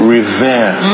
Revere